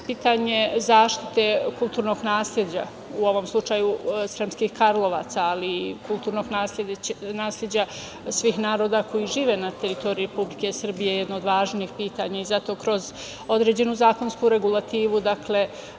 zaštite kulturnog nasleđa, u ovom slučaju Sremskih Karlovaca, ali i kulturnog nasleđa svih naroda koji žive na teritoriji Republike Srbije je jedno od važnih pitanja. Zato kroz određenu zakonsku regulativu samo